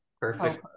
perfect